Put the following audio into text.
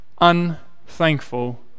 unthankful